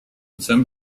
some